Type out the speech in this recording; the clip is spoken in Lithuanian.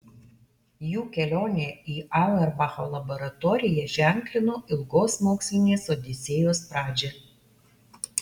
jų kelionė į auerbacho laboratoriją ženklino ilgos mokslinės odisėjos pradžią